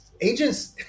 Agents